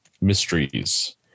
mysteries